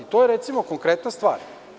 To je recimo, konkretna stvar.